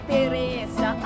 Teresa